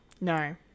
No